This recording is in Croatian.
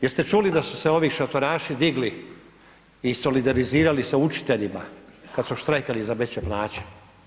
Jeste čuli da su se ovi šatoraši i solidarizirali sa učiteljima kad su štrajkali za veće plaće?